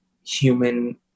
human